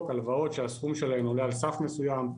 הלוואות שהסכום שלהן עולה על סך מסויים,